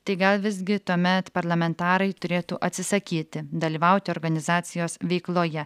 tai gal visgi tuomet parlamentarai turėtų atsisakyti dalyvauti organizacijos veikloje